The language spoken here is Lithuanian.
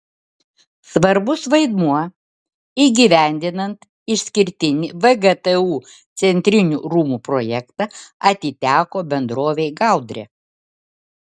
svarbus vaidmuo įgyvendinant išskirtinį vgtu centrinių rūmų projektą atiteko bendrovei gaudrė